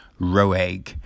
Roeg